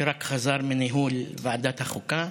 שרק חזר מניהול ועדת החוקה.